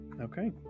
okay